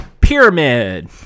Pyramid